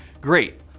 Great